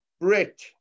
Brit